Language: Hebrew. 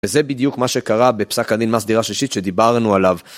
וזה בדיוק מה שקרה בפסק הדין מס דירה שלישית שדיברנו עליו.